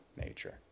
nature